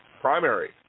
primary